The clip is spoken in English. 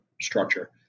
structure